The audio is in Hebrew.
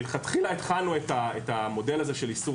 מלכתחילה התחלנו את המודל הזה של איסור